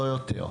לא יותר.